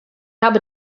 habe